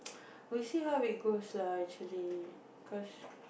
we see how it goes lah actually cause